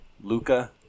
Luca